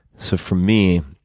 so, for me,